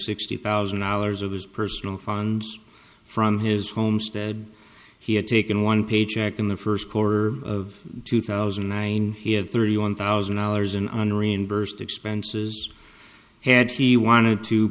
sixty thousand dollars of his personal funds from his homestead he had taken one paycheck in the first quarter of two thousand and nine he had thirty one thousand dollars in unremember zte expenses had he wanted to